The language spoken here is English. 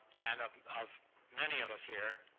and of of many of us here.